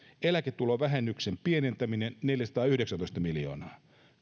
eläketulovähennyksen pienentäminen neljäsataayhdeksäntoista miljoonaa